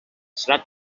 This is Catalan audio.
serà